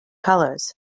colors